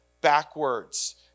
backwards